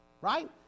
right